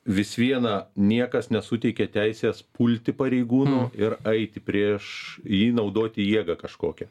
vis viena niekas nesuteikia teisės pulti pareigūno ir eiti prieš jį naudoti jėgą kažkokią